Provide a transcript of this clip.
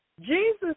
Jesus